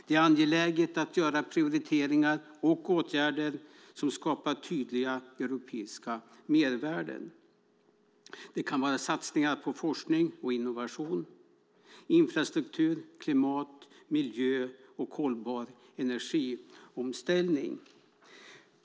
Det är angeläget att göra prioriteringar och vidta åtgärder som skapar tydliga europeiska mervärden. Det kan vara satsningar på forskning och innovation, infrastruktur, klimat, miljö och hållbar energiomställning.